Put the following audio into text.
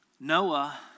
Noah